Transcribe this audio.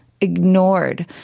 ignored